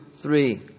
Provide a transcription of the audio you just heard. three